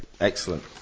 Excellent